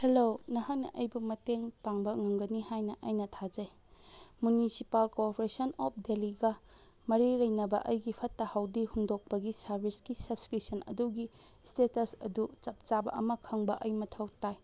hello ꯅꯍꯥꯛꯅ ꯑꯩꯕꯨ ꯃꯇꯦꯡ ꯄꯥꯡꯕ ꯉꯝꯒꯅꯤ ꯍꯥꯏꯅ ꯑꯩꯅ ꯊꯥꯖꯩ ꯃꯨꯅꯤꯁꯤꯄꯥꯜ ꯀꯣꯑꯣꯄ꯭ꯔꯦꯁꯟ ꯑꯣꯐ ꯗꯦꯜꯂꯤꯒ ꯃꯔꯤ ꯂꯩꯅꯕ ꯑꯩꯒꯤ ꯐꯠꯇ ꯍꯥꯎꯗꯤ ꯍꯨꯟꯗꯣꯛꯄꯒꯤ ꯁꯥꯔꯕꯤꯁꯀꯤ ꯁꯕꯁꯀ꯭ꯔꯤꯞꯁꯟ ꯑꯗꯨꯒꯤ ꯏꯁꯇꯦꯇꯁ ꯑꯗꯨ ꯆꯞ ꯆꯥꯕ ꯑꯃ ꯈꯪꯕ ꯑꯩ ꯃꯊꯧ ꯇꯥꯏ